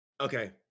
Okay